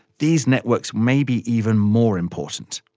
these networks may be even more important.